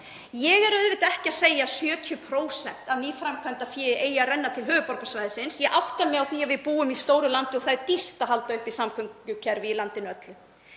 Ég er auðvitað ekki að segja að 70% af nýframkvæmdafé eigi að renna til höfuðborgarsvæðisins. Ég átta mig á því að við búum í stóru landi og það er dýrt að halda uppi samgöngukerfi í landinu öllu.